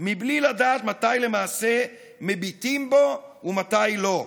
מבלי לדעת מתי למעשה מביטים בו ומתי לא.